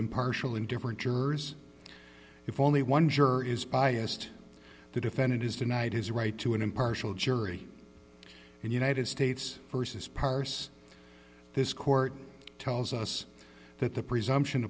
impartial indifferent jurors if only one juror is biased the defendant is denied his right to an impartial jury and united states versus parse this court tells us that the presumption